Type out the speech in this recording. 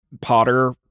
Potter